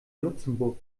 luxemburg